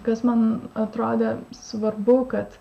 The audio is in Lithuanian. kas man atrodė svarbu kad